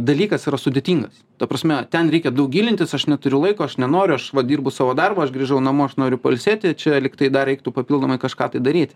dalykas yra sudėtingas ta prasme ten reikia daug gilintis aš neturiu laiko aš nenoriu aš va dirbu savo darbą aš grįžau namo aš noriu pailsėti čia lygtai dar reiktų papildomai kažką daryt